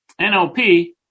NLP